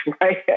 right